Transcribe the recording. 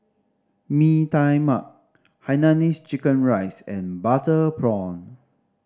Mee Tai Mak hainanese chicken rice and butter prawn